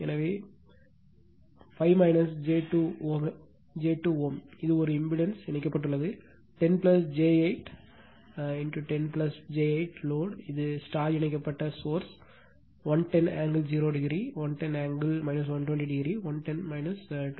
எனவே 5 j 2 Ω ஒரு impedance இணைக்கப்பட்டுள்ளது 10 j 8 10 j 8 load இது இணைக்கப்பட்ட சோர்ஸ் 110 ஆங்கிள் 0 110 ஆங்கிள் 120 110 240